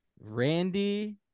Randy